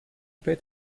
paid